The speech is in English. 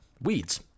weeds